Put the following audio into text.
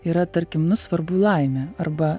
yra tarkim nu svarbu laimė arba